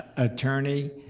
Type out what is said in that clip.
attorney,